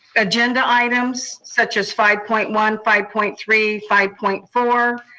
agenda items, such as five point one, five point three, five point four.